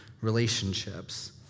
relationships